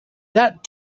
that